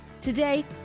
Today